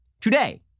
today